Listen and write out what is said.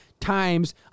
times